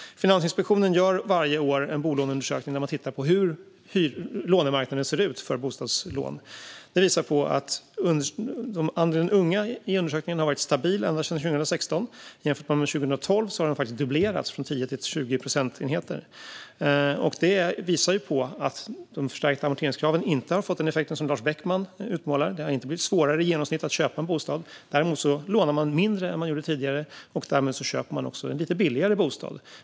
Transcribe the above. Finansinspektionen gör varje år en bolåneundersökning där man tittar på hur marknaden ser ut för bostadslån. Den visar att andelen unga i undersökningen har varit stabil sedan 2016, men jämfört med 2012 har den faktiskt dubblerats - från 10 till 20 procentenheter. Det visar att de förstärkta amorteringskraven inte har fått den effekt som Lars Beckman utmålar. Det har inte blivit svårare i genomsnitt att köpa en bostad. Däremot lånar människor mindre än de gjorde tidigare, och därmed köper de en lite billigare bostad.